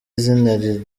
izina